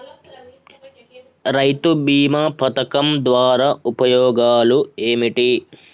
రైతు బీమా పథకం ద్వారా ఉపయోగాలు ఏమిటి?